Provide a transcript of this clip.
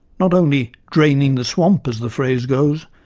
not only draining the swamp, as the phrase goes,